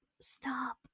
stop